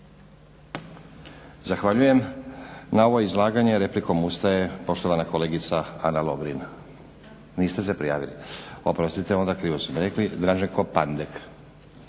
Zahvaljujem. Na ovo izlaganje replikom ustaje poštovana kolegica Ana Lovrin. Niste se prijavili? Oprostite, onda krivo su mi rekli. Draženko Pandek.